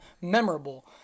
memorable